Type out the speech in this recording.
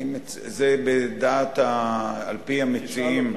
זה על-פי המציעים.